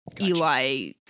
Eli